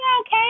okay